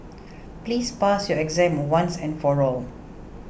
please pass your exam once and for all